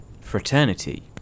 fraternity